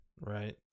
right